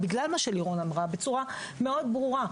בגלל מה שלירון אמרה בצורה מאוד ברורה.